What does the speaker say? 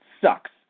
sucks